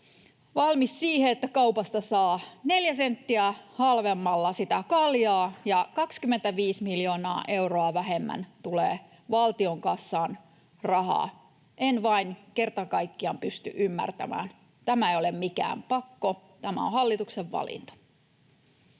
valmis siihen, että kaupasta saa neljä senttiä halvemmalla kaljaa ja 25 miljoonaa euroa vähemmän tulee valtion kassaan rahaa. En vain kerta kaikkiaan pysty ymmärtämään. Tämä ei ole mikään pakko, tämä on hallituksen valinta.